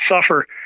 suffer—